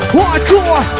hardcore